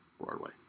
Broadway